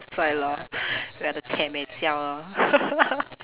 that's why lor we are the lor